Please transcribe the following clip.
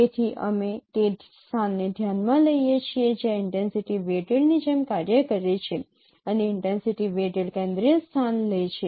તેથી અમે તે સ્થાનને ધ્યાનમાં લઈએ છીએ જ્યાં ઇન્ટેન્સિટી વેઈટેડ ની જેમ કાર્ય કરે છે અને ઇન્ટેન્સિટી વેઈટેડ કેન્દ્રિય સ્થાન લે છે